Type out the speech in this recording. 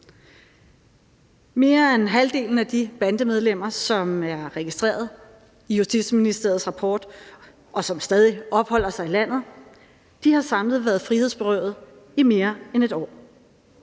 Mere end halvdelen af de bandemedlemmer, som er registreret i Justitsministeriets rapport, og som stadig opholder sig i landet, har samlet været frihedsberøvet i mere end et år.